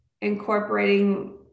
incorporating